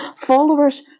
followers